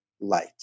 light